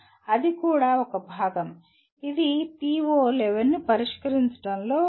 అది కూడా ఒక భాగంఇది PO11 ను పరిష్కరించడంలో భాగం కావచ్చు